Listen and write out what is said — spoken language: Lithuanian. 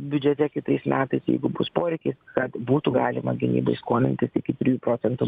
biudžete kitais metais jeigu bus poreikis kad būtų galima gyvybai skolintis iki trijų procentų